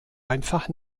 einfach